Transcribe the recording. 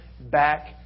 back